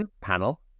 panel